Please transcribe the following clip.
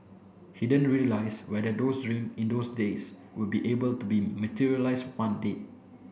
he didn't realize whether those dreams in those days would be able to be materialized one day